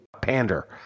pander